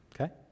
okay